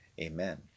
Amen